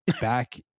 back